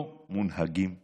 לא מונהגים נוספים.